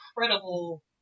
incredible